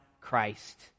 Christ